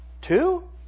Two